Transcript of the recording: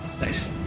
Nice